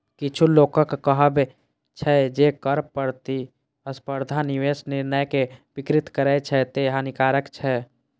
किछु लोकक कहब छै, जे कर प्रतिस्पर्धा निवेश निर्णय कें विकृत करै छै, तें हानिकारक छै